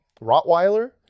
Rottweiler